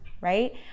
right